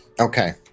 Okay